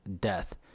death